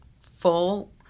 full